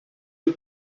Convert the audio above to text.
you